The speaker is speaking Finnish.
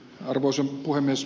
arvoisa puhemies